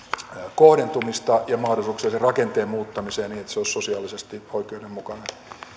kohdentumista ja mahdollisuuksia sen rakenteen muuttamiseen niin että se olisi sosiaalisesti oikeudenmukainen